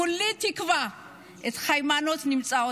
כולי תקווה שאת היימנוט נמצא.